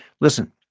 Listen